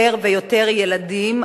יותר ויותר ילדים,